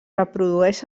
reprodueix